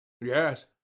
yes